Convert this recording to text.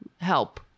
help